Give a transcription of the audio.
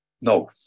No